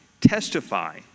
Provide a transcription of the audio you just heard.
testify